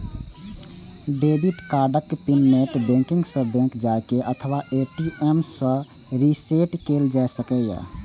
debit कार्डक PIN net banking सं, bank जाके अथवा ए.टी.एम सं रीसेट कैल जा सकैए